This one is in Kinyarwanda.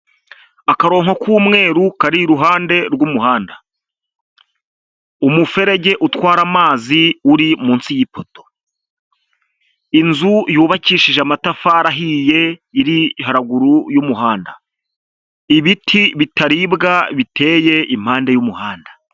Akaronko k'umweru kari iruhande rw'umuhanda. Umuferege utwara amazi uri munsi y'ipoto. Inzu yubakishije amatafariye iri haruguru y'umuhanda. Ibiti bitaribwa biteye impande y'umuhanda.